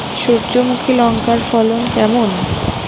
সূর্যমুখী লঙ্কার ফলন কেমন?